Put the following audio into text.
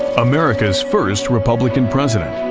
america's first republican president,